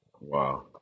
Wow